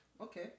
Okay